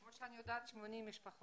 כמו שאני יודעת, 80 משפחות